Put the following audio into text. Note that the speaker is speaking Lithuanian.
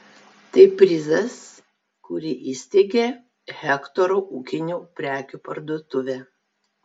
tai prizas kurį įsteigė hektoro ūkinių prekių parduotuvė